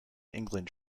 england